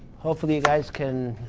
hopefully, you guys can